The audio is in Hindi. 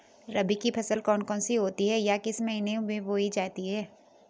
रबी की फसल कौन कौन सी होती हैं या किस महीने में बोई जाती हैं?